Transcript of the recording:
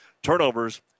Turnovers